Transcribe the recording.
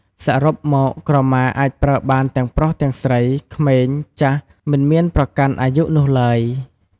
សរុបមក ក្រមាអាចប្រើបានទាំងប្រុសទាំងស្រី ក្មេង ចាស់ មិនមានប្រកាន់អាយុនោះឡើយ។